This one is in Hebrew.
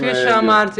כפי שאמרתי,